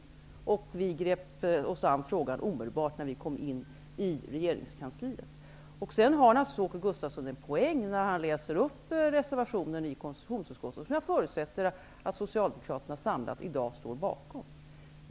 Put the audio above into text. Men vi i den nuvarande borgerliga regeringen grep oss an frågan omedelbart, när vi kom in i regeringskansliet. Åke Gustavsson tar naturligtvis en poäng när han citerar ur reservationen till konstitutionsutskottets betänkande, en reservation som jag förutsätter att socialdemokraterna står samlade bakom.